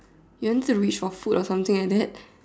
you want to reach for food or something like that